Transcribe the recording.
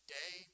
day